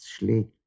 schlägt